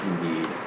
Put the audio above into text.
Indeed